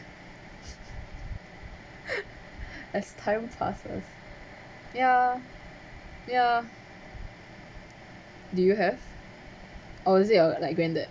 as time passes ya ya do you have oh was it like going grand dad